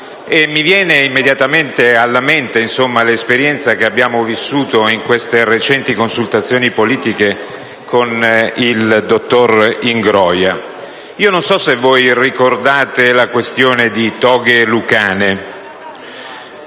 Mi viene subito alla mente l'esperienza vissuta in queste recenti consultazioni politiche con il dottor Ingroia. Non so se voi ricordate la questione delle toghe lucane,